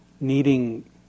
needing